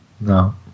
no